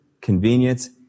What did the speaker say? convenience